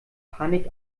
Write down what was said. panik